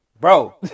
Bro